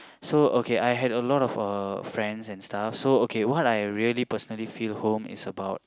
so okay I had a lot of uh friends and stuffs so okay what I really personally feel home is about